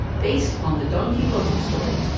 based on the don quixote story,